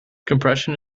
compression